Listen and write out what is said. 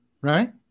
Right